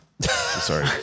Sorry